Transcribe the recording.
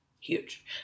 huge